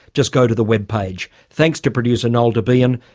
just go to the web page. thanks to producer noel debien.